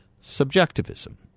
subjectivism